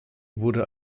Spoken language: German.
wurde